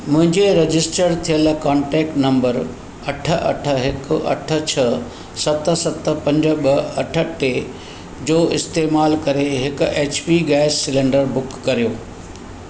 मुंहिंजे रजिस्टर थियल contact number अठ अठ हिकु अठ छह सत सत पंज ॿ अठ टे जो इस्तेमालु करे हिकु H P gas cylinder book करियो